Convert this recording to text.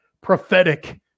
prophetic